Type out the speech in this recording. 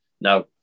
now